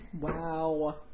Wow